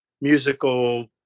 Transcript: musical